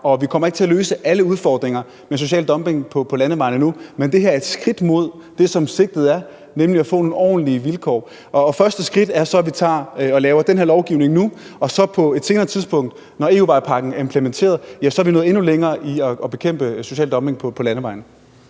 og vi kommer ikke til at løse alle udfordringer med social dumping på landevejene nu, men det her er et skridt mod det, som sigtet er, nemlig at få nogle ordentlige vilkår. Og første skridt er så, at vi laver den her lovgivning nu – og så på et senere tidspunkt, når EU-vejpakken er implementeret, ja, så er vi nået endnu længere i forhold til at bekæmpe social dumping på landevejene.